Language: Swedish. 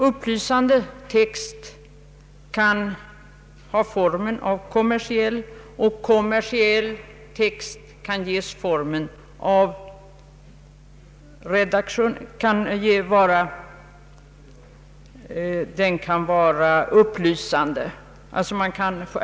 Upplysande text kan ha formen av kommersiell, och kommersiell text kan vara upplysande.